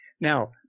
Now